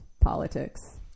politics